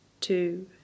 two